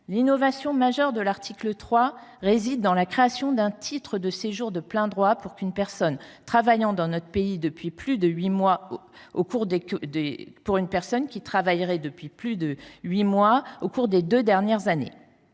L’innovation majeure de l’article 3 réside dans la création d’un titre de séjour de plein droit pour une personne travaillant dans notre pays depuis plus de huit mois au cours des deux dernières années.